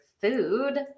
food